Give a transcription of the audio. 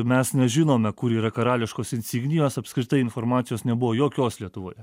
mes nežinome kur yra karališkos insignijos apskritai informacijos nebuvo jokios lietuvoje